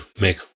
make